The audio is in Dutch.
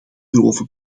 grove